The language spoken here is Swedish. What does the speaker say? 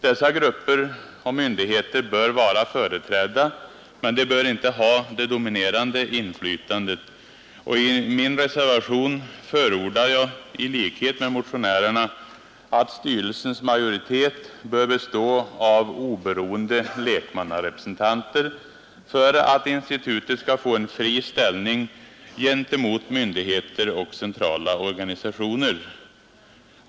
Dessa grupper och myndigheter bör vara företrädda, men de bör inte ha det dominerande inflytandet, och i min reservation förordar jag i likhet med motionärerna att styrelsens majoritet bör bestå av oberoende lekmannarepresentanter, för att institutet skall få en fri ställning gentemot myndigheter och centrala organisationer.